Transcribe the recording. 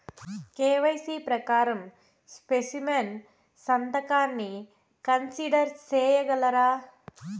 KYC ప్రకారం specimen సంతకాన్ని consider సేయగలరా?